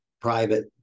private